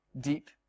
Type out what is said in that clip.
deep